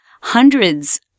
hundreds